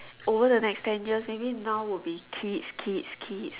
over the next ten years maybe now would be kids kids kids